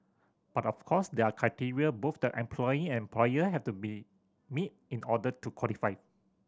but of course there are criteria both the employee and employer have to be meet in order to qualify